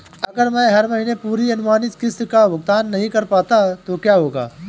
अगर मैं हर महीने पूरी अनुमानित किश्त का भुगतान नहीं कर पाता तो क्या होगा?